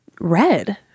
red